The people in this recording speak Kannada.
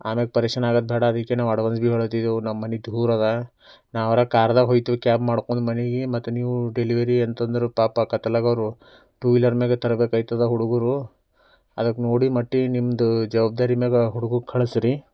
ಆಮೇಲೆ ಪರೆಶಾನಿ ಆಗೋದು ಬೇಡ ಅದಕ್ಕೆ ಅಡ್ವಾನ್ಸ್ ಭೀ ಹೇಳತ್ತಿದ್ದೇವೆ ನಮ್ಮನೆ ದೂರ ಇದೆ ನಾವಾರ ಕಾರ್ದಾಗ ಹೋಗ್ತೇವೆ ಕ್ಯಾಬ್ ಮಾಡ್ಕೊಂಡು ಮನೆಗೆ ಮತ್ತೆ ನೀವು ಡೆಲಿವರಿ ಅಂತಂದ್ರೆ ಪಾಪ ಕತ್ಲಾಗ ಅವರು ಟು ವೀಲರ್ದಾಗ ತರಬೇಕಾಗ್ತದೆ ಹುಡುಗುರು ಅದಕ್ಕೆ ನೋಡಿ ಮಟ್ಟಿ ನಿಮ್ದು ಜವಾಬ್ದಾರಿಮ್ಯಾಲೆ ಹುಡುಗಗೆ ಕಳಿಸ್ರಿ